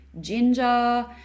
ginger